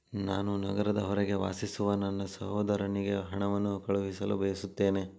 ನಾನು ನಗರದ ಹೊರಗೆ ವಾಸಿಸುವ ನನ್ನ ಸಹೋದರನಿಗೆ ಹಣವನ್ನು ಕಳುಹಿಸಲು ಬಯಸುತ್ತೇನೆ